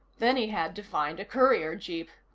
then he had to find a courier jeep.